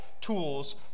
tools